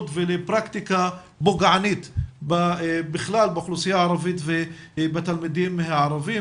ולפרקטיקה פוגענית בכלל באוכלוסייה הערבית ובתלמידים הערבים.